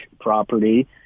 property